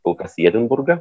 kol kas į edinburgą